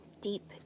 deep